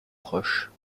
proches